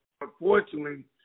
unfortunately